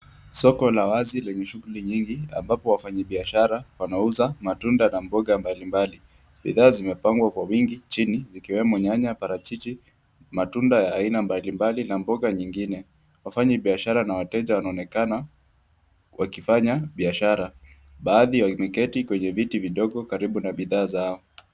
Soko la wazi lenye shughuli nyingi ambapo wafanyibiashara wanauza matunda na mboga mbalimbali. Bidhaa zimepangwa kwa wingi chini zikiwemo nyanya, parachichi, matunda ya aina mbalimbali na mboga nyingine. Wafanyibiashara na wateja wanaonekana wakifanya biashara. Baadhi wameketi kwenye viti vidogo karibu na bidhaa zao.